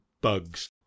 bugs